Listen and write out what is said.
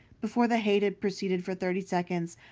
before the hate had proceeded for thirty seconds,